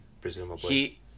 presumably